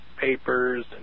papers